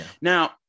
now